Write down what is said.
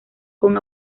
con